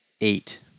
eight